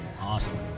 Awesome